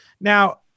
Now